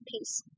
peace